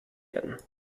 werden